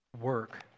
work